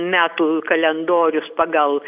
metų kalendorius pagal